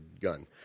gun